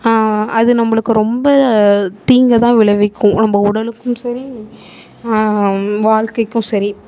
அது நம்மளுக்கு ரொம்ப தீங்கைதான் விளைவிக்கும் நம்ம உடலுக்கும் சரி வாழ்க்கைக்கும் சரி